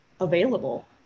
available